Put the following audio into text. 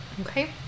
Okay